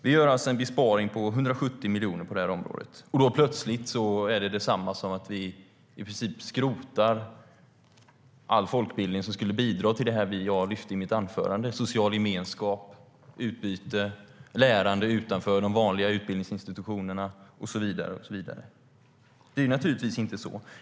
Vi gör en besparing på 170 miljoner på detta område, och då är det plötsligt som att vi skrotar all folkbildning som bidrar till det jag lyfte fram i mitt anförande: social gemenskap, utbyte, lärande utanför de vanliga utbildningsinstitutionerna och så vidare. Det är givetvis inte så.